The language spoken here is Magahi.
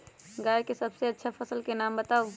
गाय के सबसे अच्छा नसल के नाम बताऊ?